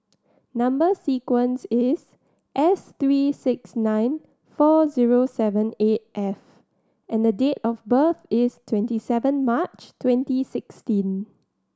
number sequence is S three six nine four zero seven eight F and date of birth is twenty seven March twenty sixteen